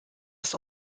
ist